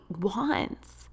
wants